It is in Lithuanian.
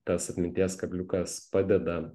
tas atminties kabliukas padeda